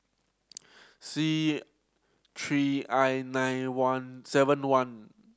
C three I nine one seven one